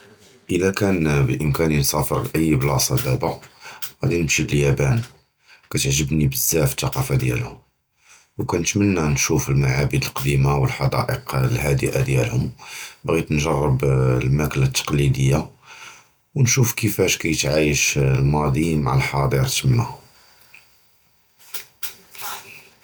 إِلا كَان בְּאֶמְקָאנִי נִסַאפֵר לְאַיּ בְּלָאסָה דַּאבָּא, غָאדִי נִמְשִי לְיַאפָּאן, כַּתַּעְגְּבּנִי בְּזַבַּא אֶל-תַּקַּאפָה דִיָּאלְהוּם, וְכַּנְתַמַנָּא נִשּׁוּף אֶל-מַעַבַּד אֶל-קַדִימִין וְאֶל-חֻדַּאקּ אֶל-הַדּוּء דִיָּאלְהוּם, בְּחַאיט נִגְרַבּ אֶל-מַאקּוּלָה אֶל-תַּקְלִידִיָּה, וְנִשּׁוּף כִיפַאש כַּיִּתְעַאִישּׁ אֶל-מַاضִי עִם אֶל-חַאדִּיר תָּמָּא.